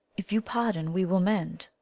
if you pardon, we will mend.